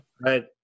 Right